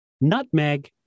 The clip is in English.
nutmeg